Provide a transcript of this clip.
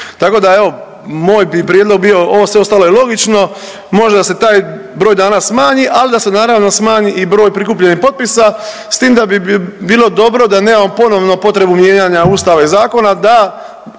Tako da evo, moj bi prijedlog bio, ovo sve ostalo je logično, možda da se taj broj dana smanji, ali da se naravno i smanji i broj prikupljenih potpisa, s tim da bi bilo dobro da nemamo ponovno potrebu mijenjanja Ustava i zakona da